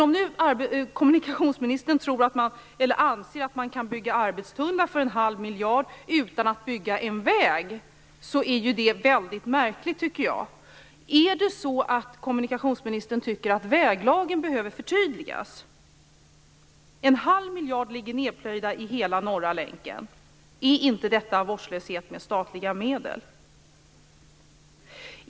Om kommunikationsministern anser att man kan bygga arbetstunnlar för en halv miljard kronor utan att bygga en väg, så tycker jag att det är väldigt märkligt. Tycker kommunikationsministern att väglagen behöver förtydligas? En halv miljard kronor ligger nedplöjda i hela Norra länken. Är inte det vårdslöshet med statliga medel?